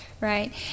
right